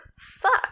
Fuck